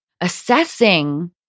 Assessing